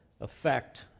effect